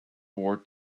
war